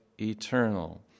eternal